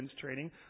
training